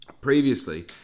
previously